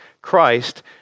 Christ